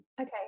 Okay